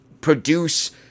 produce